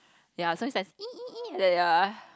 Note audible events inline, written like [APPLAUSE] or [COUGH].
ya so is like [NOISE] like that ya